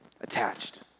attached